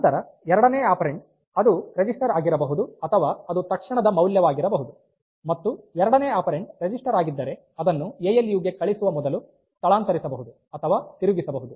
ನಂತರ ಎರಡನೇ ಆಪೆರಾನ್ಡ್ ಅದು ರಿಜಿಸ್ಟರ್ ಆಗಿರಬಹುದು ಅಥವಾ ಅದು ತಕ್ಷಣದ ಮೌಲ್ಯವಾಗಿರಬಹುದು ಮತ್ತು ಎರಡನೇ ಆಪೆರಾನ್ಡ್ ರಿಜಿಸ್ಟರ್ ಆಗಿದ್ದರೆ ಅದನ್ನು ಎ ಎಲ್ ಯು ಗೆ ಕಳಿಸುವ ಮೊದಲು ಸ್ಥಳಾಂತರಿಸಬಹುದು ಅಥವಾ ತಿರುಗಿಸಬಹುದು